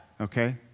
Okay